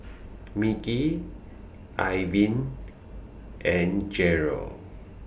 Mickie Irvin and Jeryl